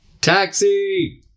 Taxi